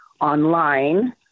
online